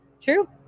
True